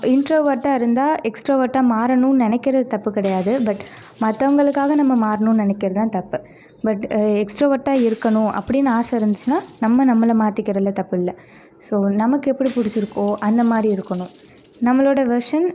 இன்ட்ரோவன்ட்டா இருந்தால் எக்ஸ்ட்ரோவன்ட்டா மாறனும்னு நினைக்கிறது தப்பு கிடையாது பட் மற்றவங்களுக்காக நம்ம மாறனும்னு நினைக்கிறது தான் தப்பு பட் எக்ஸ்ட்ரோவன்ட்டா இருக்கணும் அப்படின்னு ஆசை இருந்துச்சுன்னா நம்ம நம்மள மாற்றிக்கிறதுல தப்பு இல்லை ஸோ நமக்கு எப்படி பிடிச்சிருக்கோ அந்த மாதிரி இருக்கணும் நம்மளோடய வெர்ஷன்